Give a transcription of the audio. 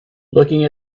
looking